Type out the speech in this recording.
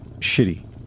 shitty